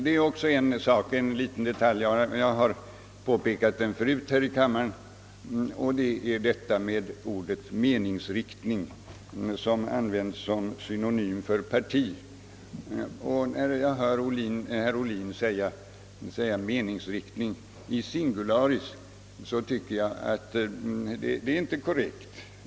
Jag vill också peka på en annan detalj — som jag tidigare framhållit här i kammaren — nämligen att ordet »meningsriktning» används som synonym för parti. När jag hör herr Ohlin använda detta ord i singularis anser jag att det inte är korrekt.